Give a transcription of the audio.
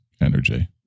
energy